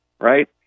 right